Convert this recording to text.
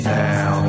now